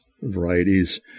varieties